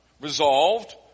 resolved